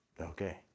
Okay